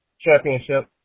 championship